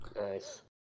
Nice